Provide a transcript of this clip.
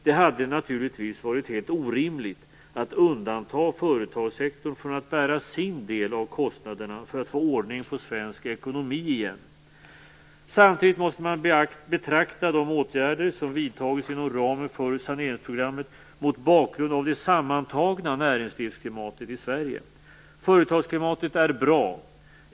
Det hade naturligtvis varit helt orimligt att undanta företagssektorn från att bära sin del av kostnaderna för att få ordning på svensk ekonomi igen. Samtidigt måste man betrakta de åtgärder som vidtagits inom ramen för saneringsprogrammet mot bakgrund av det sammantagna näringslivsklimatet i Sverige. Företagsklimatet är bra.